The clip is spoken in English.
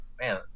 man